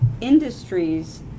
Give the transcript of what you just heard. industries